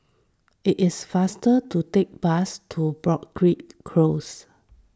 it is faster to take the bus to Broadrick Close